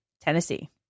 Tennessee